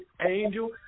angel